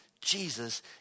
Jesus